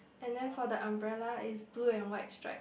and then for the umbrella it's blue and white stripes